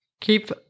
keep